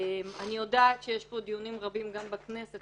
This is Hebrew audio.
אני יודעת שיש דיונים רבים, גם בכנסת,